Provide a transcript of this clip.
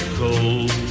cold